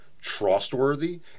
trustworthy